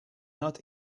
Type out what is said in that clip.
not